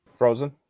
Frozen